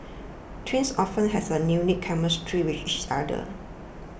twins often has a unique chemistry with each other